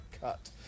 cut